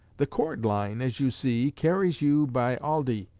the chord-line, as you see, carries you by aldie,